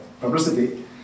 publicity